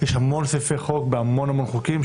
יש המון סעיפי חוק בהמון המון חוקים,